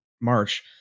March